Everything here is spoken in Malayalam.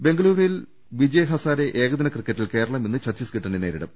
ബംഗളുരുവിൽ വിജയ് ഹസാരെ ഏകദിന ക്രിക്കറ്റിൽ കേരളം ഇന്ന് ഛത്തീസ്ഗഢിനെ നേരിടും